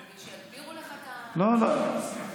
שיגבירו לך, לא, לא.